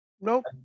Nope